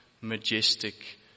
majestic